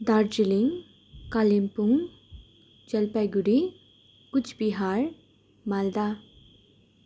Darjeeling Kalimpong Jalpaiguri Cooch Behar Malda